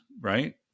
Right